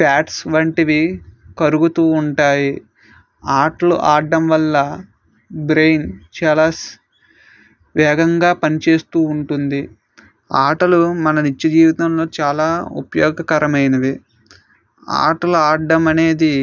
fats వంటివి కరుగుతు ఉంటాయి ఆటలు ఆడడం వల్ల బ్రెయిన్ చాలా వేగంగా పనిచేస్తు ఉంటుంది ఆటలు మన నిత్య జీవితంలో చాలా ఉపయోగకరమైనవి ఆటలు ఆడడం అనేది